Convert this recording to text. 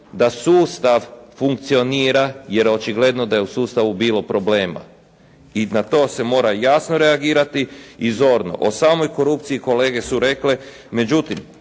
da sustav funkcionira jer očigledno je da je u sustavu bilo problema. I na to se mora jasno reagirati i zorno. O samoj korupciji kolege su rekle, međutim,